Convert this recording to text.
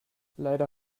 leider